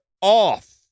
off